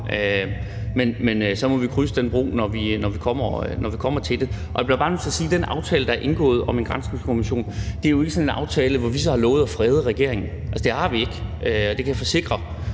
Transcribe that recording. men så må vi krydse den bro, når vi kommer til det. Jeg bliver bare nødt til at sige, at den aftale, der er indgået om en granskningskommission, er jo ikke sådan en aftale, hvor vi så har lovet at frede regeringen – det har vi ikke. Det kan jeg forsikre